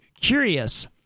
curious